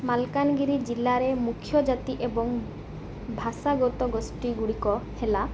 ମାଲକାନଗିରି ଜିଲ୍ଲାରେ ମୁଖ୍ୟ ଜାତି ଏବଂ ଭାଷାଗତ ଗୋଷ୍ଠୀଗୁଡ଼ିକ ହେଲା